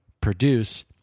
produce